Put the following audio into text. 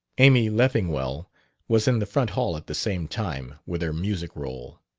amy leffingwell was in the front hall at the same time, with her music-roll.